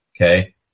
Okay